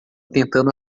tentando